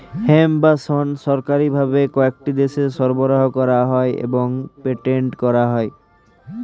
hemp বা শণ সরকারি ভাবে কয়েকটি দেশে সরবরাহ করা হয় এবং পেটেন্ট করা হয়